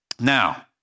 Now